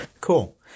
cool